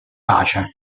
pace